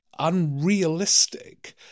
unrealistic